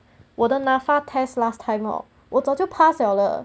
我的 NAFA test last time oh 我早就 pass liao 的